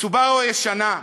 "סובארו" ישנה,